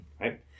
right